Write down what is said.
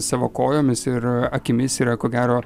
savo kojomis ir akimis yra ko gero